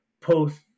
post